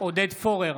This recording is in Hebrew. עודד פורר,